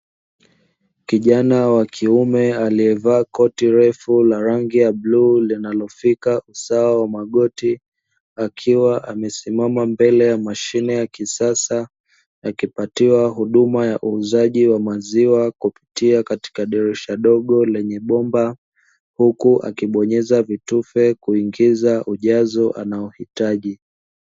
Kijana wakiume alievaa koti refu la rangi ya bluu linalofika usawa wa magoti, akiwa amesimama mbele ya mashine ya kisasa akipatiwa huduma ya uuzaji wa maziwa; kupitia katika dirisha dogo lenye bomba huku akibonyeza vitufe kuingiza ujazo anaohitaji.